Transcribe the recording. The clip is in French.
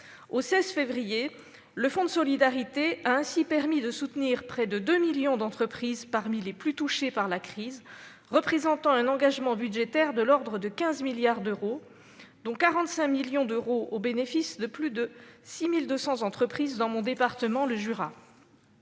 la pandémie. Le fonds de solidarité a ainsi permis de soutenir à ce jour près de 2 millions d'entreprises parmi les plus touchées par la crise, représentant un engagement budgétaire de l'ordre de 15 milliards d'euros, dont 45 millions d'euros au bénéfice de plus de 6 200 entreprises de mon département du Jura.